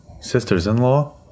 Sisters-in-law